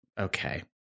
okay